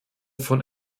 von